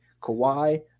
Kawhi